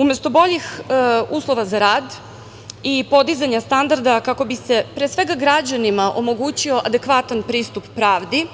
Umesto boljih uslova za rad i podizanja standarda kako bi se pre svega građanima omogućio adekvatan pristup pravdi,